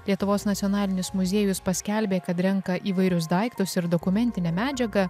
lietuvos nacionalinis muziejus paskelbė kad renka įvairius daiktus ir dokumentinę medžiagą